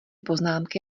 poznámky